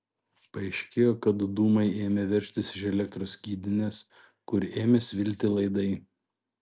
paaiškėjo kad dūmai ėmė veržtis iš elektros skydinės kur ėmė svilti laidai